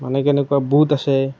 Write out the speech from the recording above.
মানে কেনেকুৱা বুট আছে